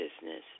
business